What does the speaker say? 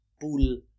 pool